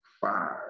five